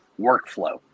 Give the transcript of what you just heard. workflow